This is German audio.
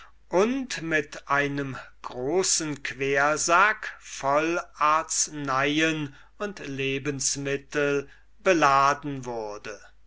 und mit einem großen quersack voll arzneien und victualien beladen wurde